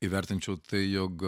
įvertinčiau tai jog